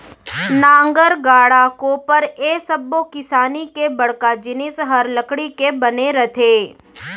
नांगर, गाड़ा, कोपर ए सब्बो किसानी के बड़का जिनिस हर लकड़ी के बने रथे